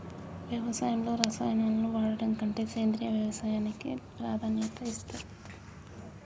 వ్యవసాయంలో రసాయనాలను వాడడం కంటే సేంద్రియ వ్యవసాయానికే ప్రాధాన్యత ఇస్తరు